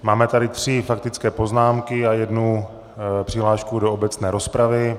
Máme tady tři faktické poznámky a jednu přihlášku do obecné rozpravy.